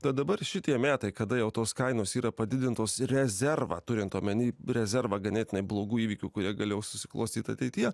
tad dabar šitie metai kada jau tos kainos yra padidintos rezervą turint omeny rezervą ganėtinai blogų įvykių kurie galėjo susiklostyt ateityje